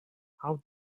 how